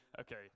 okay